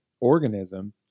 organism